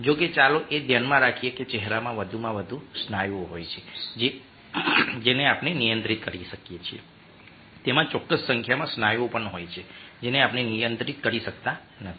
જો કે ચાલો એ ધ્યાનમાં રાખીએ કે ચહેરામાં વધુમાં વધુ સ્નાયુઓ હોય છે જેને આપણે નિયંત્રિત કરી શકીએ છીએ તેમાં ચોક્કસ સંખ્યામાં સ્નાયુઓ પણ હોય છે જેને આપણે નિયંત્રિત કરી શકતા નથી